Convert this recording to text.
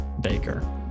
Baker